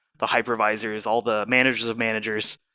the hypervisors, all the managers of managers,